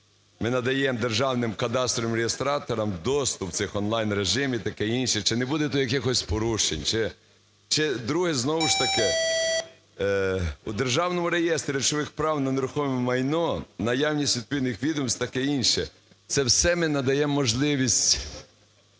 ми надаємо державним кадастровим реєстраторам доступ в цьому онлайн-режимі і таке інше, чи не буде якихось порушень? Друге. Знову ж таки, у Державному реєстрі речових прав на нерухоме майно, наявність відповідних відомств і таке інше – це все ми надаємо можливість